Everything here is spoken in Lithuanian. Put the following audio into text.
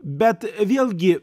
bet vėlgi